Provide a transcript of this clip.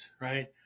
right